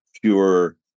pure